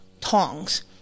tongs